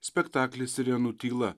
spektaklį sirenų tyla